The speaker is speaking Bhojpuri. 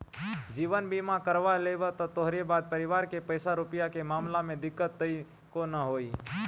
जीवन बीमा करवा लेबअ त तोहरी बाद परिवार के पईसा रूपया के मामला में दिक्कत तअ नाइ होई